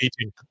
eating